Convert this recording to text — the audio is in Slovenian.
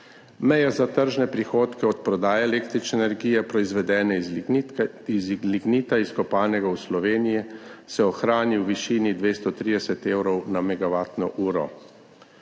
Meje za tržne prihodke od prodaje električne energije, proizvedene iz lignita, izkopanega v Sloveniji, se ohrani v višini 230 evrov na megavatno uro.